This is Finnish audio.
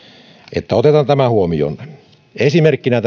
että otetaan tämä huomioon esimerkkinä